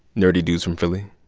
nerdy dudes from philly?